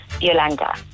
Yolanda